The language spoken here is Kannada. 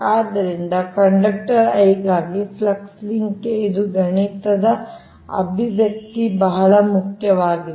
ಆದ್ದರಿಂದ ಕಂಡಕ್ಟರ್ I ಗಾಗಿ ಫ್ಲಕ್ಸ್ ಲಿಂಕ್ ಗೆ ಇದು ಗಣಿತದ ಅಭಿವ್ಯಕ್ತಿ ಬಹಳ ಮುಖ್ಯವಾಗಿದೆ